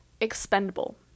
expendable